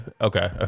okay